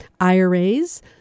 IRAs